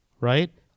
right